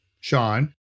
Sean